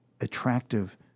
attractive